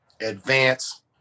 advance